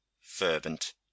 fervent